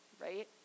right